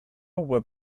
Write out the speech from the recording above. were